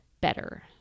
better